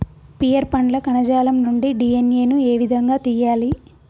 Pear పండ్ల కణజాలం నుండి డి.ఎన్.ఎ ను ఏ విధంగా తియ్యాలి?